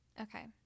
Okay